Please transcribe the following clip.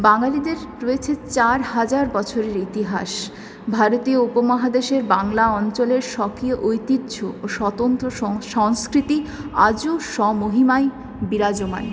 বাঙালিদের রয়েছে চার হাজার বছরের ইতিহাস ভারতীয় উপমহাদেশের বাংলা অঞ্চলের স্বকীয় ঐতিহ্য ও স্বতন্ত্র সংস্কৃতি আজও স্বমহিমায় বিরাজমান